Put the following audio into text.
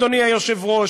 אדוני היושב-ראש,